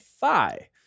thigh